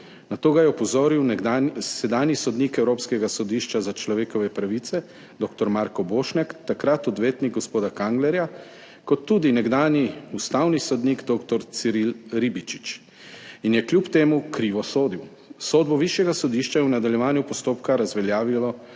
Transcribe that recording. Na to sta ga opozorila sedanji sodnik Evropskega sodišča za človekove pravice dr. Marko Bošnjak, takrat odvetnik gospoda Kanglerja, ter tudi nekdanji ustavni sodnik dr. Ciril Ribičič in je kljub temu krivo sodil. Sodbo višjega sodišča je v nadaljevanju postopka razveljavilo